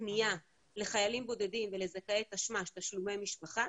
קניה לחיילים בודדים ולזכאי תשלומי משפחה.